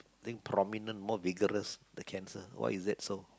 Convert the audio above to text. think prominent more vigorous the cancer why is that so